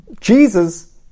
Jesus